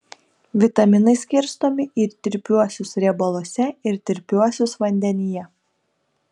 vitaminai skirstomi į tirpiuosius riebaluose ir tirpiuosius vandenyje